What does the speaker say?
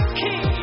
key